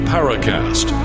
Paracast